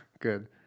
Good